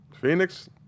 Phoenix